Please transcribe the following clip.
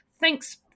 thanks